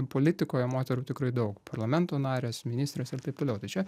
politikoje moterų tikrai daug parlamento narės ministrės ir taip toliau tai čia